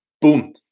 Boom